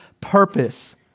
purpose